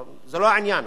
זה לא העניין,